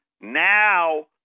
Now